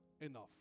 enough